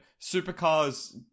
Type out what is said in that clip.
supercars